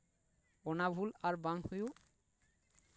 ᱚᱱᱟ ᱵᱷᱩᱞ ᱟᱨ ᱵᱟᱝ ᱦᱩᱭᱩᱜ